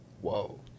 Whoa